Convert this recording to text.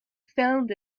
found